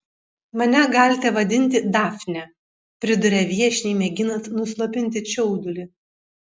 mane galite vadinti dafne priduria viešniai mėginant nuslopinti čiaudulį